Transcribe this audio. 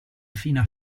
fina